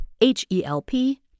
H-E-L-P